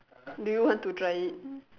do you want to try it